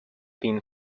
been